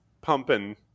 pumping